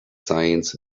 science